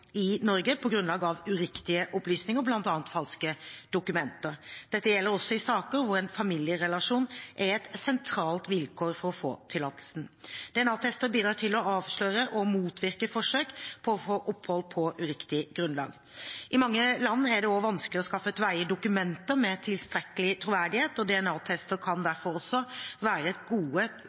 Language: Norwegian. i Norge på grunnlag av uriktige opplysninger, bl.a. falske dokumenter. Dette gjelder også i saker hvor en familierelasjon er et sentralt vilkår for å få tillatelsen. DNA-tester bidrar til å avsløre og motvirke forsøk på å få opphold på uriktig grunnlag. I mange land er det også vanskelig å skaffe til veie dokumenter med tilstrekkelig troverdighet, og DNA-tester kan derfor også være et gode